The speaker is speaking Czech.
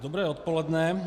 Dobré odpoledne.